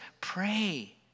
pray